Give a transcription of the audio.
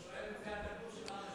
הוא שואל אם זה התרגום של אבא שלו.